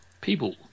People